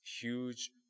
huge